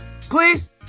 please